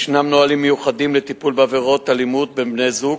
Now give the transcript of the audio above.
יש נהלים מיוחדים לטיפול בעבירות אלימות בין בני-זוג,